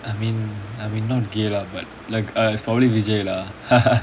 I mean I mean not gay lah but like uh it's probably vijay lah